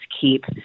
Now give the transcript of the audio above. keep